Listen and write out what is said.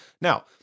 Now